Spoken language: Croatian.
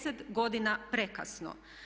10 godina prekasno.